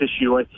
issue